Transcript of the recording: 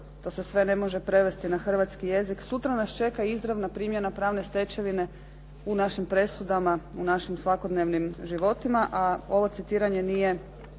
To se sve ne može prevesti na hrvatski jezik. Sutra nas čeka izravna primjena pravne stečevine u našim presudama, u našim svakodnevnim životima, a ovo citiranje nije